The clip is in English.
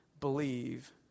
believe